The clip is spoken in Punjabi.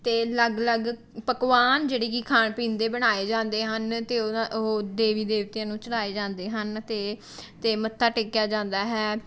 ਅਤੇ ਅਲੱਗ ਅਲੱਗ ਪਕਵਾਨ ਜਿਹੜੇ ਕਿ ਖਾਣ ਪੀਣ ਦੇ ਬਣਾਏ ਜਾਂਦੇ ਹਨ ਅਤੇ ਉਹਨਾਂ ਉਹ ਦੇਵੀ ਦੇਵਤਿਆਂ ਨੂੰ ਚੜ੍ਹਾਏ ਜਾਂਦੇ ਹਨ ਅਤੇ ਅਤੇ ਮੱਥਾ ਟੇਕਿਆ ਜਾਂਦਾ ਹੈ